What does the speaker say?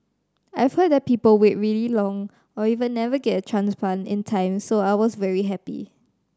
I've heard that people wait really long or even never get a transplant in time so I was very happy